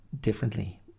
differently